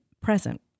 present